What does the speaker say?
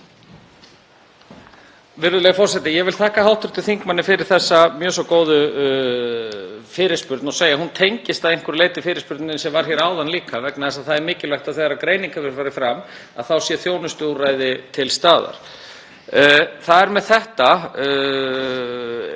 Virðulegi forseti. Ég vil þakka hv. þingmanni fyrir þessa mjög svo góðu fyrirspurn og segja að hún tengist að einhverju leyti fyrirspurninni sem var hér áðan líka. Það er mikilvægt þegar greining hefur farið fram að þá sé þjónustuúrræði til staðar. Það er með þetta